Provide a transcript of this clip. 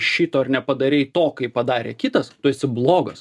šito ar nepadarei to kai padarė kitas tu esi blogas